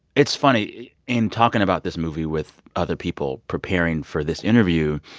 it's funny. in talking about this movie with other people, preparing for this interview,